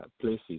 places